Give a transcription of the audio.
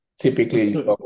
Typically